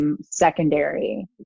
secondary